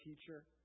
teacher